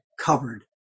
covered